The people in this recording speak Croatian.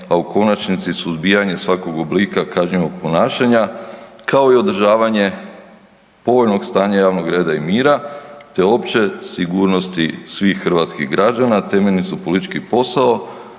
a u konačnici suzbijanje svakog oblika kažnjivog ponašanja kao i održavanje povoljnog stanja javnog reda i mira te opće sigurnosti svih hrvatskih građana temeljni su politički posao,